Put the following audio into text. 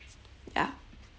ya